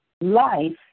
life